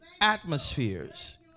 atmospheres